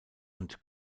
und